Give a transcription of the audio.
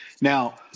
Now